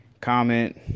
comment